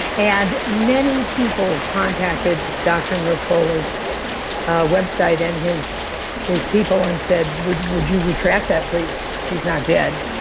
and many people contacted dr. mercola's website and his his people, and said would would you retract that please? she's not dead.